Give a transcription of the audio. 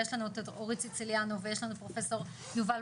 ויש לנו את אורית סוציליאנו ויש לנו את פרופסור יובל